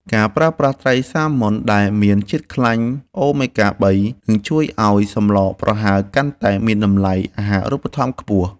ការប្រើប្រាស់ត្រីសាម៉ុនដែលមានជាតិខ្លាញ់អូមេហ្គាបីនឹងជួយឱ្យសម្លប្រហើរកាន់តែមានតម្លៃអាហារូបត្ថម្ភខ្ពស់។